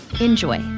Enjoy